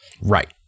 Right